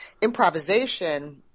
improvisation